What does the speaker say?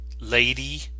lady